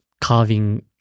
carving